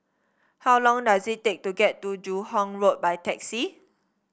how long does it take to get to Joo Hong Road by taxi